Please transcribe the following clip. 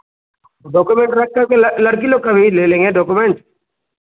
document रखकर के लड़की लोग का भी ले लेंगे डॉकोमेंट